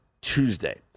Tuesday